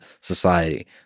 society